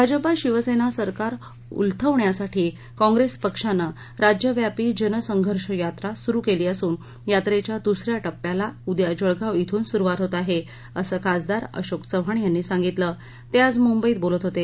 भाजपा शिवसेना सरकार उलथवण्यासाठी कांग्रेस पक्षांनं राज्यव्यापी जनसंघर्ष यात्रा सुरु केली असून यात्रेच्या दुस या टप्प्याला उद्या जळगाव श्रून सुरुवात होत आहे असं खासदार अशोक चव्हाण यांनी सांगितलं ते आज मुंबईत बोलत होते